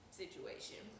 situation